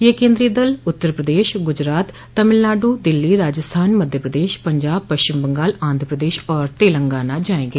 ये केन्द्रीय दल उत्तर प्रदेश गुजरात तमिलनाडु दिल्ली राजस्थान मध्य प्रदेश पंजाब पश्चिम बंगाल आंध्रप्रदेश और तेलंगाना जाएंगे